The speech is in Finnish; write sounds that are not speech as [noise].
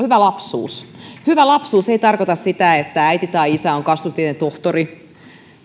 [unintelligible] hyvä lapsuus hyvä lapsuus ei ei tarkoita sitä että äiti tai isä on kasvatustieteen tohtori